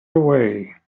away